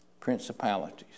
principalities